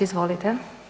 Izvolite.